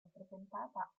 rappresentata